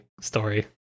story